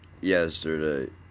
yesterday